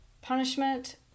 punishment